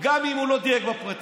גם אם הוא לא דייק בפרטים,